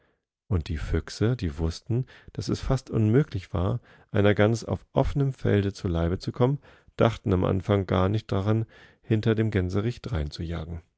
und die füchse die wußten daß es fast unmöglich war einer gans auf offenem felde zu leibe zu kommen dachten im anfang gar nicht daran hinterdemgänserichdreinzujagen dasieabernichtsweiterzutunhatten